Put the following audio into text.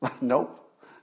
Nope